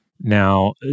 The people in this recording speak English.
Now